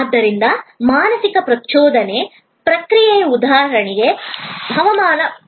ಆದ್ದರಿಂದ ಮಾನಸಿಕ ಪ್ರಚೋದನೆ ಪ್ರಕ್ರಿಯೆ ಉದಾಹರಣೆಗೆ ಹವಾಮಾನ ಮುನ್ಸೂಚನೆ